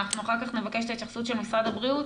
אנחנו אחר כך נבקש את ההתייחסות של משרד הבריאות,